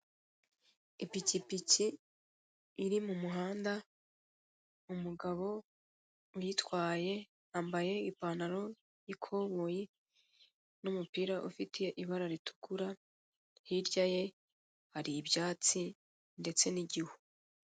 Ipikipiki iri mu muhanda umugabo uyitwaye yambaye ipantaro y'ikoboyi, n'umupira urite ibara ritukura hirya ye hari ibyatsi ndetse n'igihu.